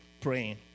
Praying